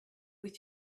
with